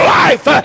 life